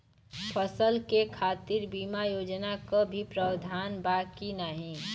फसल के खातीर बिमा योजना क भी प्रवाधान बा की नाही?